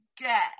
get